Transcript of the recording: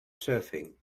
surfing